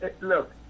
look